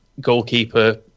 goalkeeper